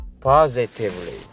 positively